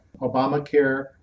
Obamacare